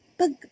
pag